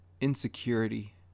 insecurity